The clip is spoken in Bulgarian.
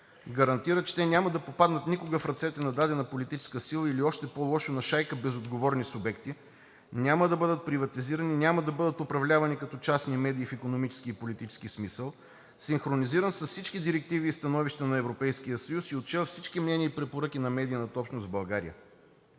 гарантира, че те няма да попаднат никога в ръцете на дадена политическа сила или още по-лошо – на шайка безотговорни субекти, няма да бъдат приватизирани, няма да бъдат управлявани като частни медии в икономически и политически смисъл, синхронизиран с всички директиви и становища на Европейския съюз и отчел всички мнения и препоръки на медийната общност в България.